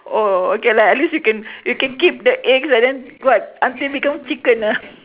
oh okay lah at least you can you can keep the eggs and then what until become chicken ah